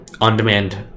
on-demand